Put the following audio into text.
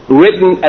written